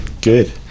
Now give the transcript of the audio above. good